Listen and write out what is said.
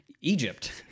Egypt